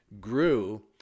grew